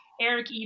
Eric